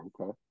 Okay